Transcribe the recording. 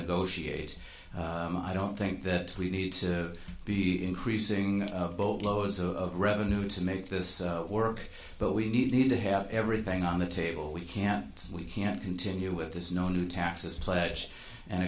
negotiate i don't think that we need to be increasing boatloads of revenue to make this work but we need to have everything on the table we can't we can't continue with this no new taxes pledge and